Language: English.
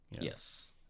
yes